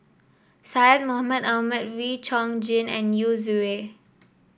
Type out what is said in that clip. Syed Mohamed Ahmed Wee Chong Jin and Yu Zhuye